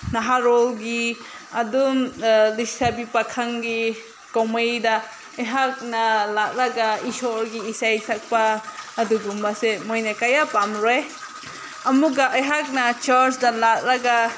ꯅꯍꯥꯔꯣꯜꯒꯤ ꯑꯗꯨꯝ ꯂꯩꯁꯥꯕꯤ ꯄꯥꯈꯪꯒꯤ ꯀꯨꯝꯃꯩꯗ ꯑꯩꯍꯥꯛꯅ ꯂꯥꯛꯂꯒ ꯏꯁꯣꯔꯒꯤ ꯏꯁꯩ ꯁꯛꯄ ꯑꯗꯨꯒꯨꯝꯕꯁꯦ ꯃꯣꯏꯅ ꯀꯌꯥ ꯄꯥꯝꯂꯔꯣꯏ ꯑꯃꯨꯛꯀ ꯑꯩꯍꯥꯛꯅ ꯆꯔꯁꯇ ꯂꯥꯛꯂꯒ